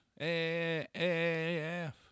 aaf